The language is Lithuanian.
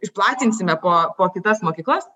išplatinsime po po kitas mokyklas